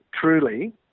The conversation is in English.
truly